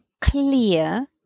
clear